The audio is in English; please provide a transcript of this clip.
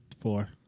Four